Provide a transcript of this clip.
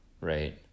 right